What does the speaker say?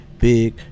big